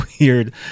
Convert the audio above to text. weird